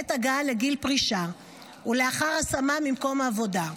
בעת הגעה לגיל פרישה ולאחר השמה ממקום העבודה.